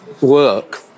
work